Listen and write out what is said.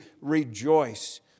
rejoice